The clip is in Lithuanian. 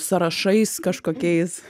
sąrašais kažkokiais